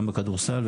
גם בכדורסל,